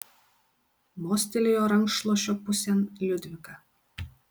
mostelėjo rankšluosčio pusėn liudvika